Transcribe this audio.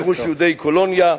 גירוש יהודי קולוניה,